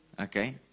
Okay